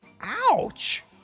Ouch